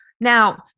now